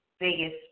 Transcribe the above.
Vegas